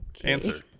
Answer